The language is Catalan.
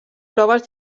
proves